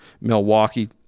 Milwaukee